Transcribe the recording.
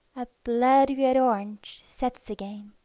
a blood-red orange, sets again.